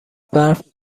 برف